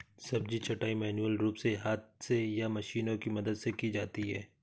सब्जी छँटाई मैन्युअल रूप से हाथ से या मशीनों की मदद से की जाती है